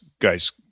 guys